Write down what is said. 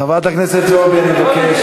בכם, חברת הכנסת זועבי, אני מבקש.